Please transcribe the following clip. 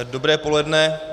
Dobré poledne.